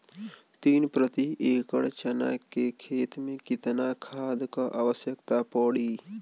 तीन प्रति एकड़ चना के खेत मे कितना खाद क आवश्यकता पड़ी?